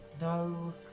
No